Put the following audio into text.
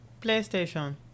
PlayStation